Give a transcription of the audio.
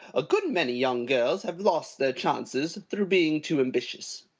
a good many young girls have lost their chances through being too ambitious.